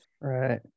right